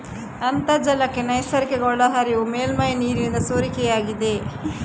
ಅಂತರ್ಜಲಕ್ಕೆ ನೈಸರ್ಗಿಕ ಒಳಹರಿವು ಮೇಲ್ಮೈ ನೀರಿನಿಂದ ಸೋರಿಕೆಯಾಗಿದೆ